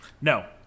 No